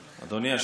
אדוני.